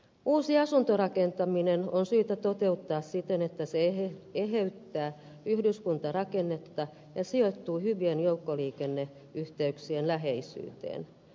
uusi asuntorakentaminen on syytä toteuttaa siten että se eheyttää yhdyskuntarakennetta ja sijoittuu hyvien joukkoliikenneyhteyksien läheisyyteen